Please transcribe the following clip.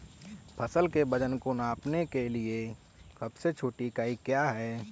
फसल के वजन को नापने के लिए सबसे छोटी इकाई क्या है?